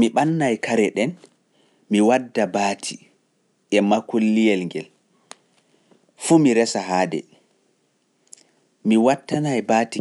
Mi ɓannaay kare ɗen, mi wadda baati e makulliyel ngel, fuu mi resa haade, mi wattanaay baati